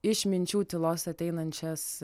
išminčių tylos ateinančias